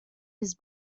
his